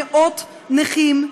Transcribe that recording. ישנם מאות נכים,